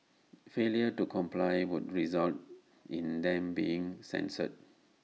failure to comply would result in them being censured